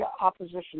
opposition